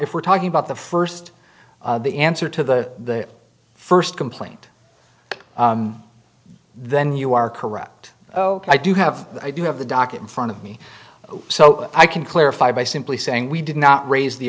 talking we're talking about the first the answer to the first complaint then you are correct oh i do have i do have the docket in front of me so i can clarify by simply saying we did not raise the